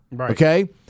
okay